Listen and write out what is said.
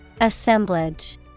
Assemblage